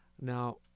Now